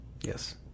Yes